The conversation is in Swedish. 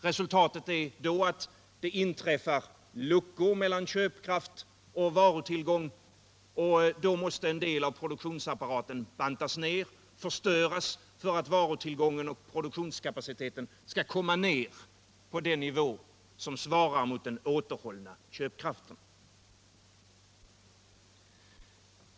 Resultatet är då att — Den ekonomiska det inträffar luckor mellan köpkraft och varutillgång, och då måste en = politiken m.m. del av produktionsapparaten bantas ned eller förstöras för att varutillgången och produktionskapaciteten skall komma ned på den nivå som svarar mot den återhållna köpkraften.